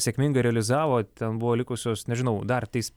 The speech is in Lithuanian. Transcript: sėkmingai realizavo ten buvo likusios nežinau dar tais